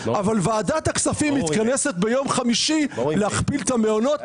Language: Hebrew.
אבל ועדת הכספים מתכנסת ביום חמישי להכפיל את המעונות,